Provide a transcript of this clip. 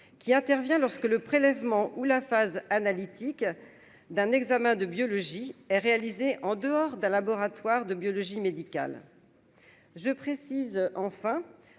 qui intervient lorsque le prélèvement ou la phase analytique d'un examen de biologie et réalisé en dehors d'un laboratoire de biologie médicale je précise enfin